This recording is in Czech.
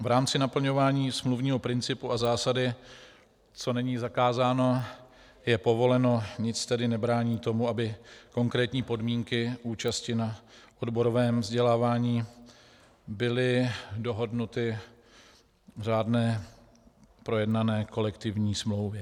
V rámci naplňování smluvního principu a zásady co není zakázáno, je povoleno nic tedy nebrání tomu, aby konkrétní podmínky účasti na odborovém vzdělávání byly dohodnuty v řádné projednané kolektivní smlouvě.